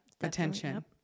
attention